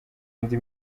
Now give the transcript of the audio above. indi